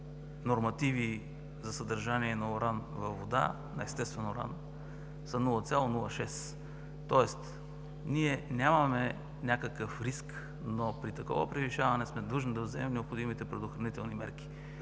нормативи за съдържание на естествен уран във водата, са 0,06. Тоест ние нямаме някакъв риск, но при такова превишаване сме длъжни да вземем необходимите предохранителни мерки.